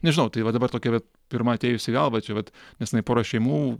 nežinau tai va dabar tokia vat pirma atėjus į galvą čia vat nes jinai pora šeimų